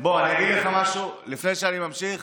אגיד לך משהו לפני שאני ממשיך.